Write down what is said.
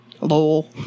Lol